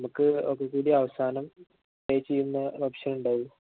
നമുക്ക് ഒക്കെക്കൂടി അവസാനം പേ ചെയ്യുന്ന ഓപ്ഷൻ ഉണ്ടാകുമോ